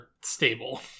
stable